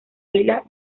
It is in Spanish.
vila